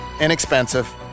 inexpensive